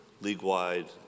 league-wide